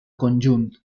conjunt